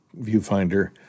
viewfinder